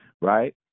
right